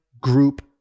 group